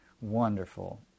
Wonderful